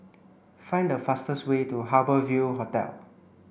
find the fastest way to Harbour Ville Hotel